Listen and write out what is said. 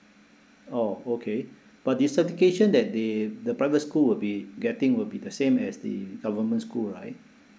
oh okay but the certification that they the private school will be getting will be the same as the government school right